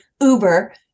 uber